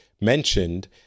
mentioned